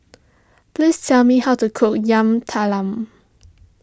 please tell me how to cook Yam Talam